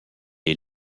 est